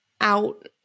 out